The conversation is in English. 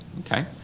Okay